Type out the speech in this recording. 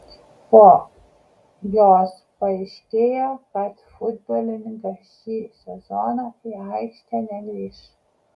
po jos paaiškėjo kad futbolininkas šį sezoną į aikštę negrįš